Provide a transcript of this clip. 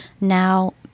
now